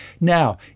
Now